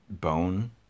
bone